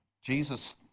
Jesus